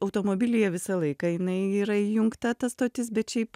automobilyje visą laiką jinai yra įjungta ta stotis bet šiaip